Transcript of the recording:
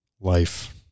Life